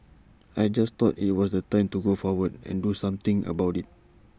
I just thought IT was the time to go forward and do something about IT